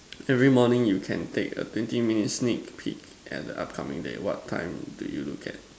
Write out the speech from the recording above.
every morning you can take a twenty minutes sneak peek at the upcoming day what time do you look at